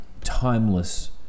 timeless